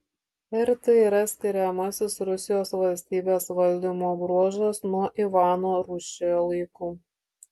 ir tai yra skiriamasis rusijos valstybės valdymo bruožas nuo ivano rūsčiojo laikų